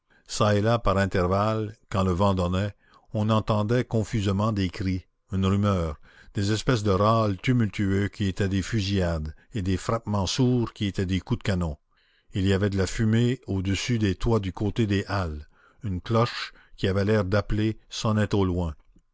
çà et là par intervalles quand le vent donnait on entendait confusément des cris une rumeur des espèces de râles tumultueux qui étaient des fusillades et des frappements sourds qui étaient des coups de canon il y avait de la fumée au-dessus des toits du côté des halles une cloche qui avait l'air d'appeler sonnait au loin